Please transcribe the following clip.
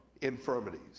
infirmities